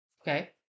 Okay